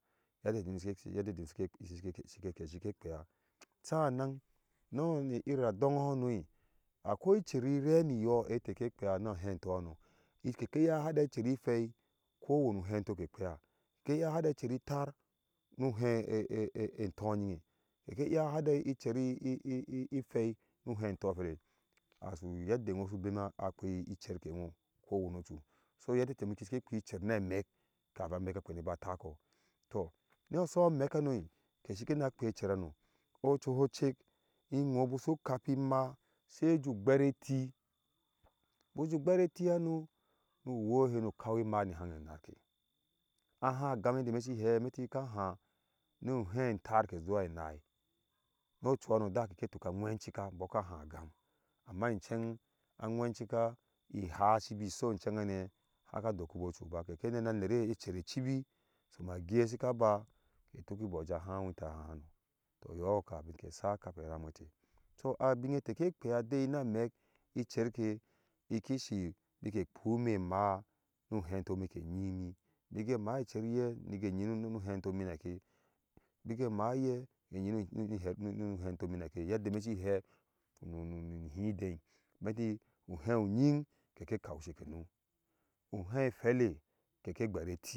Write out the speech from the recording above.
sanna uyir adɔngho ha no akɔi cher ri renoyɔh etɛ ke kpea nu heintɔhano kɛkɛiya hada icheriphei nu heitɔphelɛ asu yadda iwoh shiu bema kpe icher kɛ wo kɔwaniɔchu sɔ yadda tɛ ŋyom kɛ shikɛkpea cherkɛna amɛk kapa am ɛkɛ bakpena ba takɔɔ to nu ŋsu amɛk hano kɛ shikɛ ana kpe cher hano ɔchuhɔcheck nwoh buku shu kapi imaah sai su abere ɛti nwoh su ju abere ɛti hano sujuwɔɔ hɛ nu kawii immah ni hangne inarkɛ a nha agam yadda imɛh shihɛ metti kaa nha nu hei ŋtarkɛzuwa ɛnai ɔchuhano da kɛkɛ tukaa abwɛ sha cika bɔka ka nhagam amma inchawhng a nwanchika ihaa shiba sho inchehng haka dolii bɔhɔchu ba kɛkɛ nɛnɛ aner ɛcherecibi som agɛ shika ba ketuki bohjeja hawintɛh aha hano tɔ iyɔ kamin kɛ sa kapi ram etɛ so abi neteke kpea dei na mɛk icherke kishs biki kpu me maah nu heitɔɔminu heintɔɔhmi ke nyi umi bike maa icher yɛ nu heintɔɔmi ke nyi nu heintɔɔhmi nike yadda me shinihidei meti uhei nying keke kau uchekenu uhei ephele kɛkel gbere ɛti.